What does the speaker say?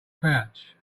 pouch